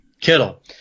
Kittle